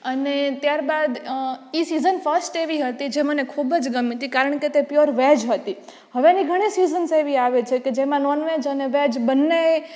અને ત્યારબાદ એ સિઝન ફર્સ્ટ એવી હતી જે મને ખૂબ જ ગમી હતી કારણ કે તે પ્યોર વેજ હતી હવેની ઘણી સિઝન્સ એવી આવે છે કે જેમાં નોનવેજ અને વેજ બંને